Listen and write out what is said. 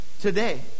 today